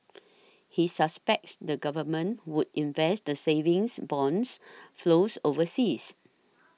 he suspects the government would invest the savings bonds flows overseas